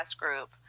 group